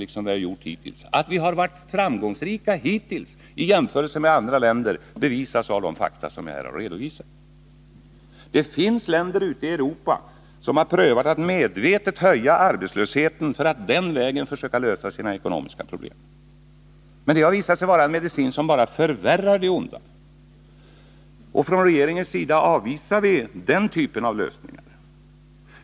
Att vi i jämförelse med andra länder hittills varit framgångsrika bevisas av de fakta som jag här redovisat. Det finns länder ute i Europa som prövat att medvetet höja arbetslösheten för att den vägen försöka lösa sina ekonomiska problem. Det har visat sig vara en medicin som bara förvärrat det onda. Från regeringens sida avvisar vi den typen av lösningar.